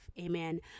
Amen